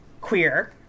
queer